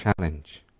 challenge